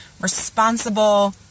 responsible